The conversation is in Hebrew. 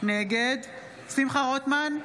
נגד שמחה רוטמן,